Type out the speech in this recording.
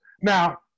Now